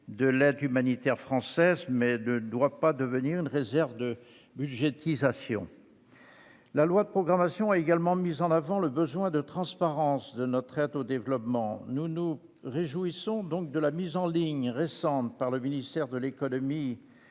de l'aide humanitaire française, mais ce mécanisme ne doit pas devenir une réserve de budgétisation. La loi de programmation a également mis en avant le besoin de transparence de notre aide au développement. Nous nous réjouissons donc de la récente mise en ligne, par le ministre de l'économie